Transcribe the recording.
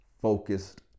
focused